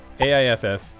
AIFF